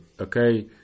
okay